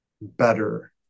better